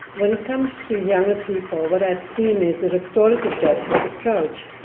when it comes to younger people, what i've seen is a restorative justice approach.